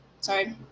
sorry